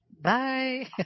Bye